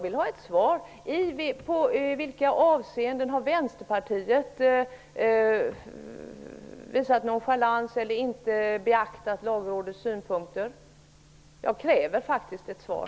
I vilka avseenden har Vänsterpartiet visat nonchalans eller inte beaktat Lagrådets synpunkter? Jag kräver faktiskt ett svar.